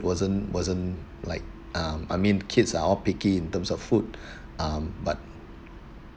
wasn't wasn't like um I mean kids are all picky in terms of food um but